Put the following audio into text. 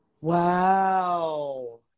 Wow